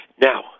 Now